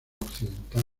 occidental